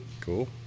Cool